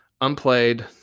unplayed